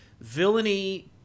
villainy